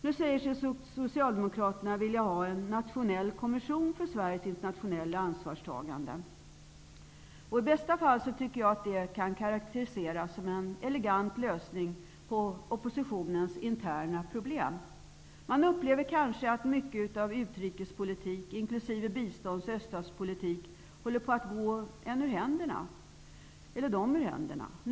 Nu säger sig Socialdemokraterna vilja ha en ''nationell kommission för Sveriges internationella ansvarstagande''. I bästa fall kan det karakteriseras som en elegant lösning på oppositionens interna problem. De upplever kanske att mycket av utrikespolitik, inkl. bistånds och öststatspolitik, håller på att gå dem ur händerna.